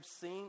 seen